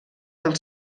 del